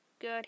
good